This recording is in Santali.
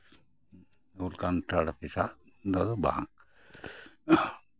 ᱩᱞ ᱠᱟᱱᱴᱷᱟᱲ ᱦᱮᱸᱥᱟᱜ ᱫᱚ ᱵᱟᱝ